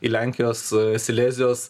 į lenkijos silezijos